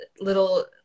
little